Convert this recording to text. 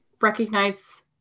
recognize